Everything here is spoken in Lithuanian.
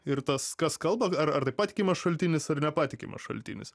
ir tas kas kalba ar ar tai patikimas šaltinis ar nepatikimas šaltinis